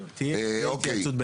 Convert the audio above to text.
לא, אין הסכם קואליציוני.